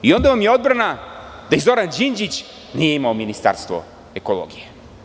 Onda vam je odbrana da ni Zoran Đinđić nije imao ministarstvo ekologije.